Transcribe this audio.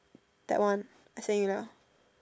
that one I send you ya